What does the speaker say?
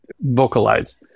vocalize